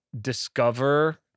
discover